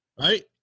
right